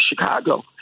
Chicago